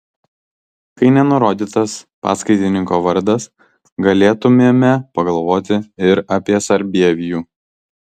kai nenurodytas paskaitininko vardas galėtumėme pagalvoti ir apie sarbievijų